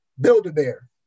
Build-A-Bear